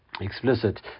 explicit